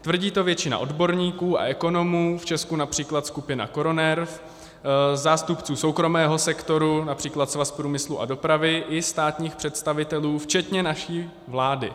Tvrdí to většina odborníků a ekonomů, v Česku například skupina KoroNERV, zástupců soukromého sektoru, například Svaz průmyslu a dopravy, i státních představitelů, včetně naší vlády.